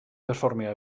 perfformio